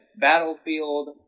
Battlefield